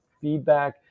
feedback